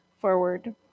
forward